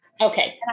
Okay